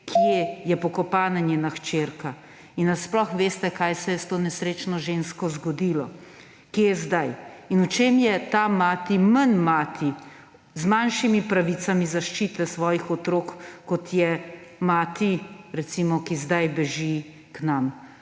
kje je pokopana njena hčerka? Ali sploh veste, kaj se je s to nesrečno žensko zgodilo, kje je zdaj? V čem je ta mati manj mati, z manjšimi pravicami zaščite svojih otrok, kot je mati, recimo, ki zdaj beži k nam?